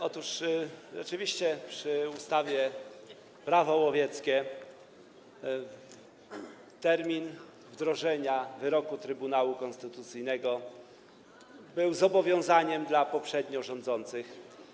Otóż rzeczywiście w wypadku ustawy Prawo łowieckie termin wdrożenia wyroku Trybunału Konstytucyjnego był zobowiązaniem dla poprzednio rządzących.